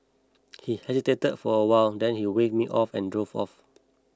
he hesitated for a while and then he waved me off and drove off